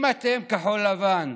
אם אתם, כחול לבן,